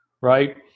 right